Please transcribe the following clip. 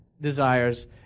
desires